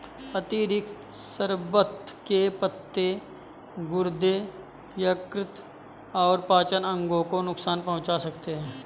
अतिरिक्त शर्बत के पत्ते गुर्दे, यकृत और पाचन अंगों को नुकसान पहुंचा सकते हैं